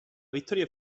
vittoria